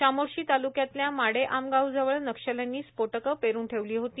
घामोर्शी तालुक्यातल्या माडेआमगावजवळ नक्षल्यांनी स्फोटकं पेरून ठेवली होती